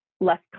less